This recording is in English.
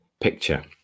picture